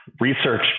research